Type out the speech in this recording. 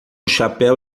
chapéu